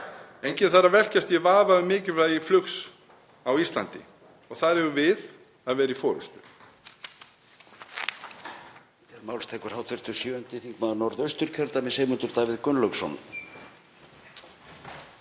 Enginn þarf að velkjast í vafa um mikilvægi flugs á Íslandi og þar eigum við að vera í forystu.